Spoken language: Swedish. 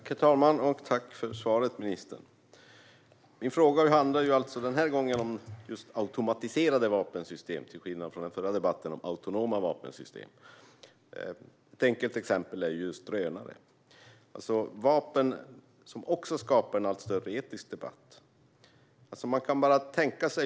Herr talman! Tack för svaret, ministern! Min fråga handlar den här gången om just automatiserade vapensystem - den förra debatten handlade om autonoma vapensystem. Ett enkelt exempel är drönare. Det är vapen som skapar en allt större etisk debatt.